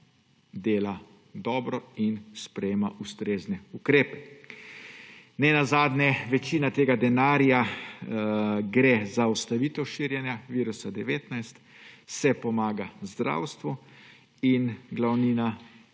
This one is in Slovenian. dela dobro in sprejema ustrezne ukrepe. Ne nazadnje gre večina tega denarja za ustavitev širjenja virusa covid-19, pomaga se zdravstvu in glavnina